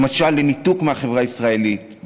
למשל לניתוק מהחברה הישראלית.